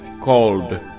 called